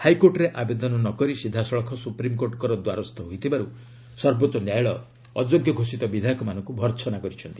ହାଇକୋର୍ଟରେ ଆବେଦନ ନ କରି ସିଧାସଳଖ ସୁପ୍ରିମକୋର୍ଟଙ୍କ ଦ୍ୱାରସ୍ଥ ହୋଇଥିବାରୁ ସର୍ବୋଚ୍ଚ ନ୍ୟାୟାଳୟ ଅଯୋଗ୍ୟ ଘୋଷିତ ବିଧାୟକମାନଙ୍କୁ ଭର୍ସନା କରିଛନ୍ତି